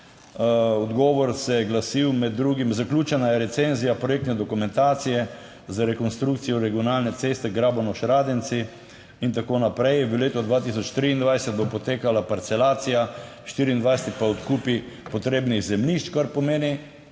odgovor se je glasil med drugim: zaključena je recenzija projektne dokumentacije za rekonstrukcijo regionalne ceste Grabonoš Radenci in tako naprej, V letu 2023 bo potekala parcelacija, 2024 pa odkupi potrebnih zemljišč, kar pomeni,